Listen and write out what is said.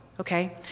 Okay